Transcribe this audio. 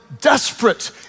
desperate